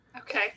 Okay